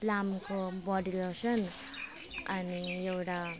प्लमको body lotion अनि एउटा